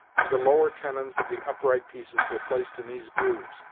and the lower tenons of the upright pieces were placed in these grooves,